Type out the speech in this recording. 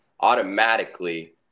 automatically